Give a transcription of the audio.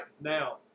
Now